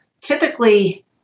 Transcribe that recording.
typically